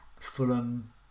Fulham